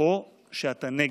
או שאתה נגד.